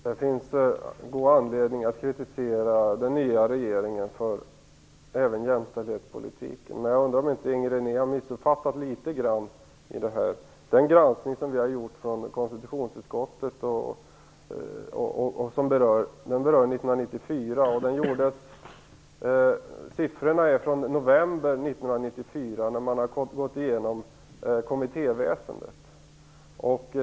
Herr talman! Det finns god anledning att kritisera den nya regeringen även för jämställdhetspolitiken. Men jag undrar om inte Inger René har missuppfattat litet grand. Den granskning som vi har gjort i konstitutionsutskottet avser nämligen 1994. Siffrorna avser en genomgång av kommittéväsendet som gjordes november 1994.